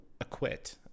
acquit